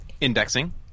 Indexing